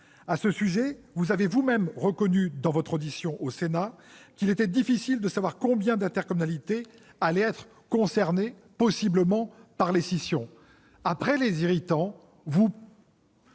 À ce sujet, vous avez vous-même reconnu, lors de votre audition au Sénat, qu'il était difficile de savoir combien d'intercommunalités allaient être concernées possiblement par les scissions. Après les irritants, vous